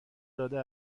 داده